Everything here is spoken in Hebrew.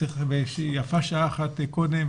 ויפה שעה אחת קודם.